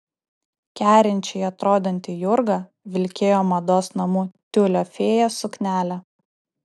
kerinčiai atrodanti jurga vilkėjo mados namų tiulio fėja suknelę